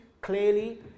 clearly